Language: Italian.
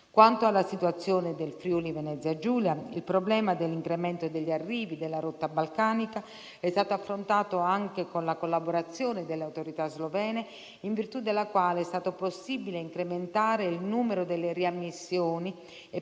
Quanto alla situazione del Friuli-Venezia Giulia, il problema dell'incremento degli arrivi dalla rotta balcanica è stato affrontato anche con la collaborazione delle autorità slovene in virtù della quale è stato possibile incrementare il numero delle riammissioni e